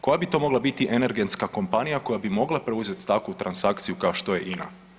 Koja bi to mogla biti energetska kompanija koja bi mogla preuzeti takvu transakciju kao što je INA?